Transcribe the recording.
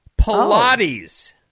Pilates